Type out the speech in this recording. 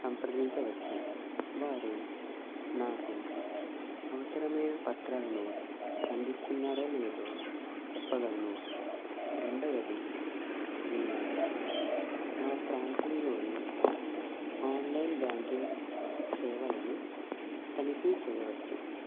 సంప్రదించవచ్చు వారు నాకు అవసరమైన పత్రాలను అందిస్తున్నారో లేదో చెప్పగలను రెండవది నేను నా ప్రాంతంలోని ఆన్లైన్ బ్యాంకింగ్ సేవలను తనిఖీ చేయవచ్చు